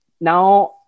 now